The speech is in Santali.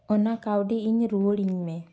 ᱚᱱᱟ ᱠᱟᱹᱣᱰᱤ ᱤᱧ ᱨᱩᱣᱟᱹᱲᱟᱹᱧ ᱢᱮ